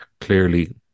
clearly